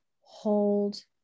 Hold